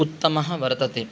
उत्तमः वर्तते